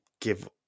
give